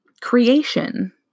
creation